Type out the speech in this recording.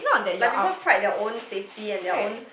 like people pride their own safety and their own